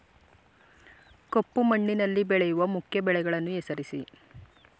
ಕಪ್ಪು ಮಣ್ಣಿನಲ್ಲಿ ಬೆಳೆಯುವ ಮುಖ್ಯ ಬೆಳೆಗಳನ್ನು ಹೆಸರಿಸಿ